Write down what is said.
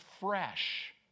fresh